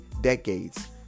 decades